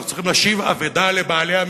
אנחנו צריכים להשיב אבדה לבעליה,